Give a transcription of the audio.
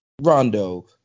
Rondo